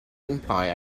imply